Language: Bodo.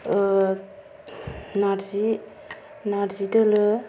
नारजि नारजि दोलो